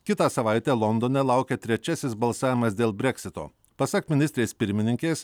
kitą savaitę londone laukia trečiasis balsavimas dėl breksito pasak ministrės pirmininkės